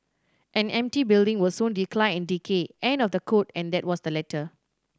an empty building will soon decline and decay end of the quote and that was the letter